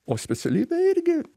o specialybė irgi